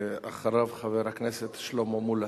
ואחריו, חבר הכנסת שלמה מולה.